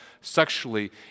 sexually